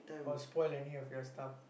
or spoil any of your stuff